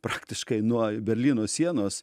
praktiškai nuo berlyno sienos